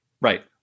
right